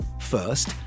First